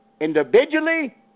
individually